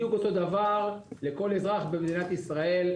בדיוק אותו דבר לכל אזרח במדינת ישראל,